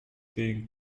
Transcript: being